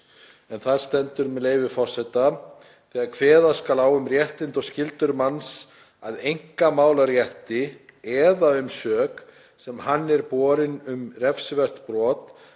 Þar stendur, með leyfi forseta: „Þegar kveða skal á um réttindi og skyldur manns að einkamálarétti eða um sök, sem hann er borinn um refsivert brot,